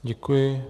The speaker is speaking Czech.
Děkuji.